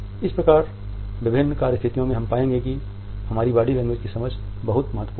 इस प्रकार विभिन्न कार्य स्थितियों में हम पाएंगे कि हमारी बॉडी लैंग्वेज की समझ बहुत महत्वपूर्ण है